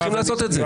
צריכים לעשות את זה.